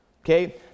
Okay